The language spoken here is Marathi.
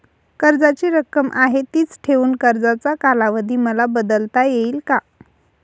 कर्जाची रक्कम आहे तिच ठेवून कर्जाचा कालावधी मला बदलता येईल का?